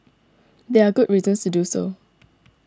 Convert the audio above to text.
there are good reasons to do so